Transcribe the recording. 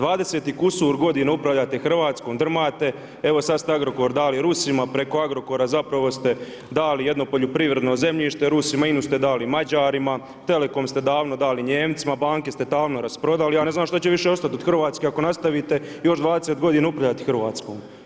20 i kusur godina upravljate Hrvatskom, drmate, evo sada ste Agrokor dali Rusima, preko Agrokor zapravo ste dali jedno poljoprivredno zemljište Rusima, INA-u ste dali Mađarima, Telecom ste davno dali Nijemcima, banke ste davno rasprodali, ja ne znam što će više ostati od Hrvatske ako nastavite još 20 godina upravljati Hrvatskom.